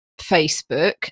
facebook